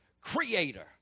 creator